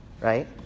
right